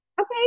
okay